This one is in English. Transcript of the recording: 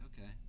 okay